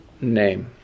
name